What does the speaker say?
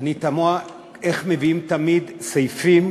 אני תמה איך מביאים תמיד סעיפים